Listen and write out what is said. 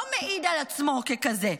לא מעיד על עצמו ככזה.